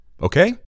Okay